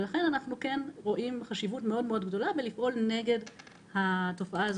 לכן אנחנו רואים חשיבות גדולה בפעולה נגד התופעה של